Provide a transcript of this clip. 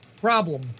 problem